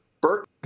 Bert